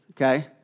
okay